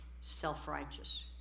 self-righteous